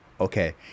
Okay